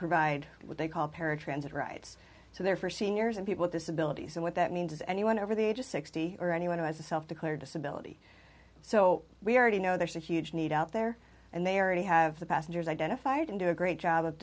provide what they call paratransit rights so they're for seniors and people disability and what that means is anyone over the age of sixty or anyone who has a self declared disability so we already know there's a huge need out there and they are ready have the passengers identified and do a great job of